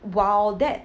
while that